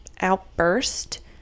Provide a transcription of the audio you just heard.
outburst